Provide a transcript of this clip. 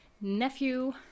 nephew